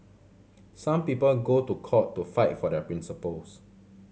some people go to court to fight for their principles